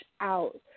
out